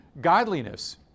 godliness